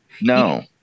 no